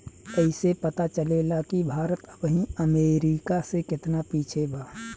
ऐइसे पता चलेला कि भारत अबही अमेरीका से केतना पिछे बा